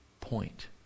point